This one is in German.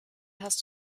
hast